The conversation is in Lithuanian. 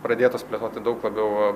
pradėtos plėtoti daug labiau